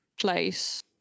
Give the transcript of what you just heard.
place